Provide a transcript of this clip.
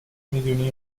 میدونی